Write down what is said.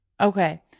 Okay